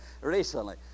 recently